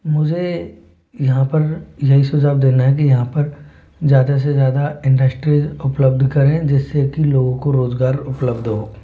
मुझे यहाँ पर यही सुझाव देना है कि यहाँ पर ज़्यादा से ज़्यादा इंडस्ट्रीज उपलब्ध करें जिससे कि लोगों को रोजगार उपलब्ध हो